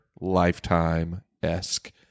Lifetime-esque